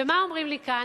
ומה אומרים לי כאן,